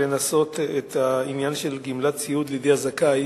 לנסות את העניין של גמלת סיעוד לידי הזכאי,